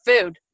food